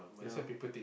yeah